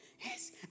Yes